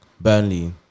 Burnley